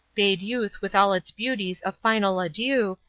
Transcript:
bade youth with all its beauties a final adieu,